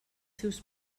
seus